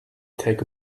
take